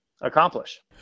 accomplish